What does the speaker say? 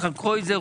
יצחק קרויזר,